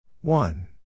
One